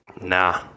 nah